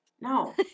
No